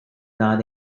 not